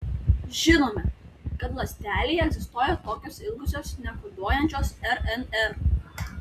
žinome kad ląstelėje egzistuoja tokios ilgosios nekoduojančios rnr